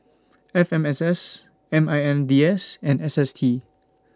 F M S S M I N D S and S S T